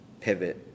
pivot